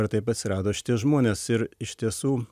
ir taip atsirado šitie žmonės ir iš tiesų